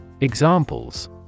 Examples